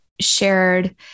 shared